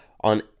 on